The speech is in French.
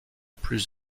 plus